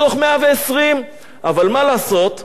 אבל מה לעשות שהתקשורת עוד לא למדה להיות